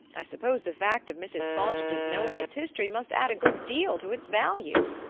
i suppose the fact of mrs. fontage's knowing its history must add a good deal to its value?